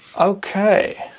Okay